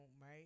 right